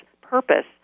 purpose